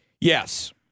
Yes